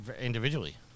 individually